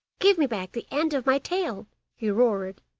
give me back the end of my tail he roared,